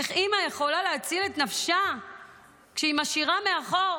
איך אימא יכולה להציל את נפשה כשהיא משאירה מאחור